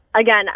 again